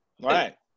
Right